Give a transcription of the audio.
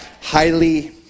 highly